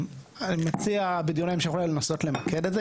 אני מציע בדיון ההמשך אולי לנסות למקד את זה.